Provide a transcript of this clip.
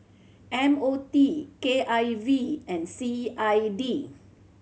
M O T K I V and C I D